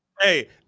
Hey